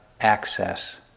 access